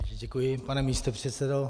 Děkuji, pane místopředsedo.